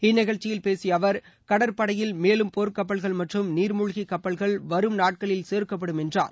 இந்நிகழ்ச்சியில் பேசிய அவர் கடற்படையில் மேலும் போர்க் கப்பல்கள் மற்றும் நீர்மூழ்கிக் கப்பல்கள் வரும் நாட்களில் சேர்க்கப்படும் என்றார்